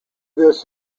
this